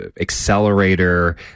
Accelerator